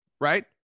right